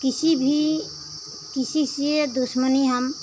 किसी भी किसी से दुश्मनी हम